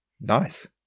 Nice